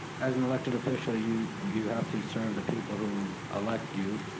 as an elected official, you you have to to serve the people who elect you,